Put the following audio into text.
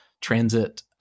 transit